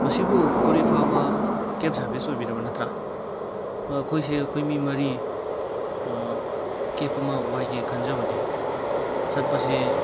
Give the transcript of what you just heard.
ꯃꯁꯤꯕꯨ ꯀꯣꯔꯤꯐꯥꯕ cab service ꯑꯣꯏꯕꯤꯔꯕ ꯅꯠꯇ꯭ꯔꯥ ꯑꯩꯈꯣꯏꯁꯦ ꯑꯩꯈꯣꯏ ꯃꯤ ꯃꯔꯤ ꯀꯦꯕ ꯑꯃ ꯋꯥꯏꯒꯦ ꯈꯟꯖꯕꯅꯤ ꯆꯠꯄꯁꯦ